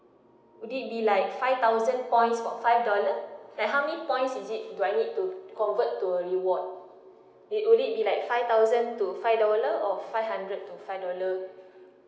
would it be like five thousand points for five dollar like how many points is it do I need to convert to a reward it only be like five thousand to five dollar or five hundred to five dollar